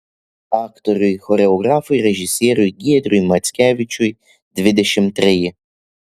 aktoriui choreografui režisieriui giedriui mackevičiui dvidešimt treji